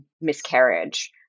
miscarriage